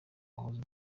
wahoze